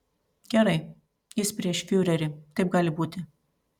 gerai jis prieš fiurerį taip gali būti